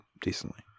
decently